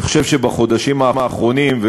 אני חושב שבחודשים האחרונים,